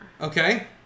Okay